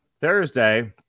Thursday